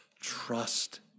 Trust